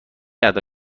ادا